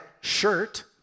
shirt